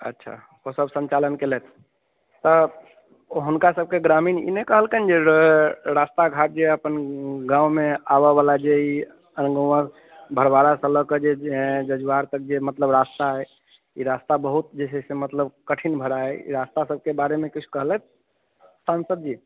अच्छा ओसब सञ्चालन कयलथि तऽ हुनका सबके ग्रामीण ई नहि कहलकनि जे रऽ रस्ता घाट जे अपन गावँमे आबऽवला जे ई महुआ भड़वाड़ासँ लऽ कऽ जे एँ जजुआर तक जे मतलब रास्ता अइ ई रास्ता बहुत जे छै से मतलब कठिन भाड़ा अइ ई रास्ता सबके बारेमे किछु कहलथि सांसद जी